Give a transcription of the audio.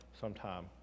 sometime